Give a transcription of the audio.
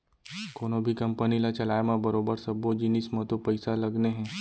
कोनों भी कंपनी ल चलाय म बरोबर सब्बो जिनिस म तो पइसा लगने हे